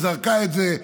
זרקה את זה,